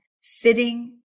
sitting